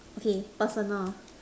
okay personal